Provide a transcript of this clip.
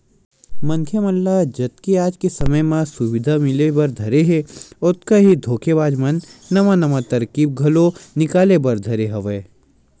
मनखे मन ल जतके आज के समे म सुबिधा मिले बर धरे हे ओतका ही धोखेबाज मन नवा नवा तरकीब घलो निकाले बर धरे हवय